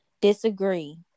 disagree